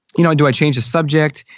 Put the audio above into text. you know do i change the subject?